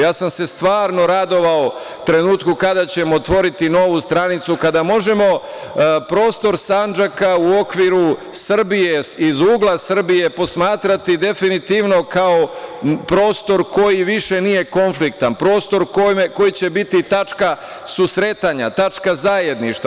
Ja sam se stvarno radovao trenutku kada ćemo otvoriti novu stranicu, kada možemo prostor Sandžaka u okviru Srbije, iz ugla Srbije posmatrati definitivno kao prostor koji više nije konfliktan, prostor koji će biti tačka susretanja, tačka zajedništva.